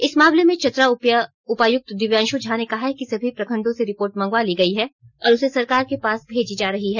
इस मामले में चतरा उपायुक्त दिव्यांश झा ने कहा कि सभी प्रखंडों से रिपोर्ट मंगवा ली गई हैं और उसे सरकार के पास भेजी जा रही है